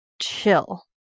chill